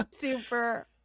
super